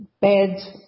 beds